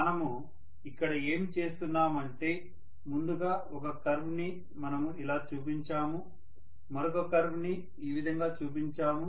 మనము ఇక్కడ ఏమి చేస్తున్నాము అంటే ముందుగా ఒక కర్వ్ ని మనము ఇలా చూపించాము మరొక కర్వ్ ని ఈ విధంగా చుపించాము